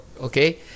okay